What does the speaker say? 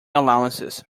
allowances